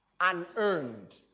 unearned